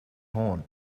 horn